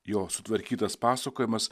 jo sutvarkytas pasakojimas